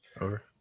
Over